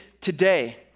today